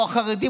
או החרדים,